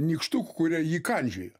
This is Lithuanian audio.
nykštukų kurie jį kandžioja